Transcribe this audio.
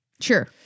Sure